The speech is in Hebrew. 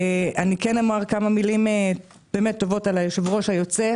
אומר כמה מילים טובות על היושב-ראש היוצא,